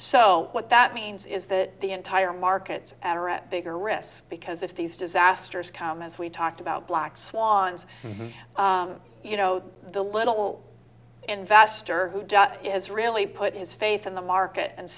so what that means is that the entire markets are a bigger risk because if these disasters come as we talked about black swans you know the little investor who is really put his faith in the market and